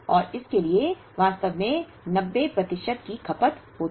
और इसलिए वास्तव में 90 प्रतिशत की खपत होती